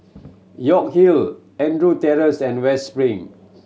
York Hill Andrew Terrace and West Spring